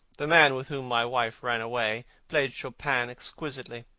the man with whom my wife ran away played chopin exquisitely.